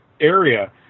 area